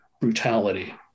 brutality